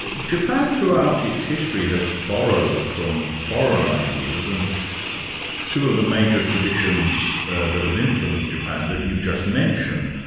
ah japan throughout its history has borrowed from foreign ideas and two of the major traditions ah that had influenced japan that you've just mentioned,